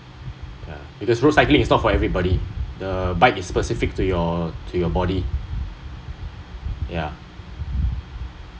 ya because road cycling not for everybody the bike is specific to your to your body ya